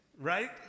Right